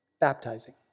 baptizing